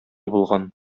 булган